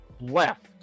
left